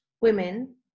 women